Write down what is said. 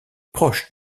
proches